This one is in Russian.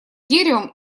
деревом